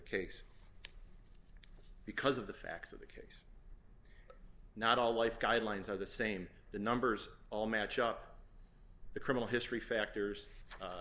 case because of the facts of the case not all life guidelines are the same the numbers all match up the criminal history factors a